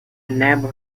never